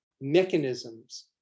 mechanisms